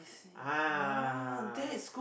ah